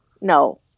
no